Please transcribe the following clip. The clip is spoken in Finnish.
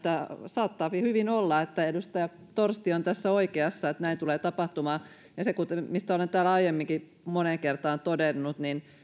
saattaa hyvin olla että edustaja torsti on oikeassa että näin tulee tapahtumaan olen täällä aiemminkin moneen kertaan todennut että